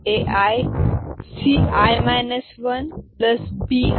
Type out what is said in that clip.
Ci 1 Bi